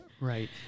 Right